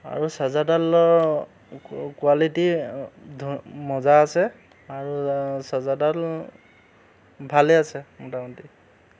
আৰু চাৰ্জাৰডালৰ কো কোৱালিটি ধু মজা আছে আৰু চাৰ্জাৰডাল ভালেই আছে মোটামুটি